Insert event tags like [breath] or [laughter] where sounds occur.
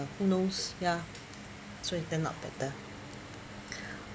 who knows ya so it turned out better [breath]